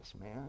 man